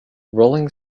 rolling